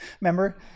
Remember